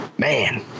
Man